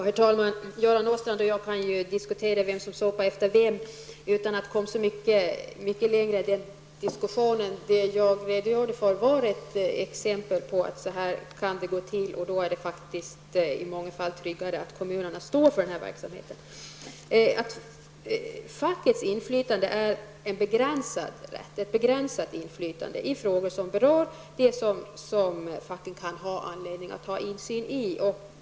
Herr talman! Göran Åstrand och jag kan diskutera vem som sopar efter vem utan att komma så mycket längre i den diskussionen. Jag redogjorde för ett exempel på hur det kan gå till, och då är det i många fall tryggare att kommunerna står för verksamheten. Fackets inflytande är begränsat till frågor som berör det som facket kan ha anledning att ha insyn i.